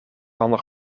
andere